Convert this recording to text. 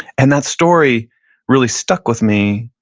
and that story really stuck with me.